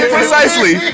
Precisely